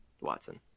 Watson